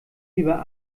lieber